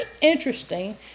interesting